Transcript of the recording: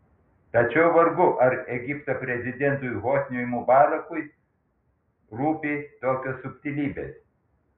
tačiau vargu ar egipto prezidentui hosniui mubarakui rūpi tokios subtilybės